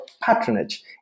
patronage